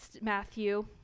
Matthew